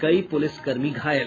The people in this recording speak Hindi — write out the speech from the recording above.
कई पुलिस कर्मी घायल